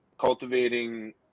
cultivating